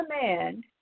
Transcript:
command